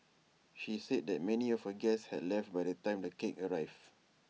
she said that many of her guests had left by the time the cake arrived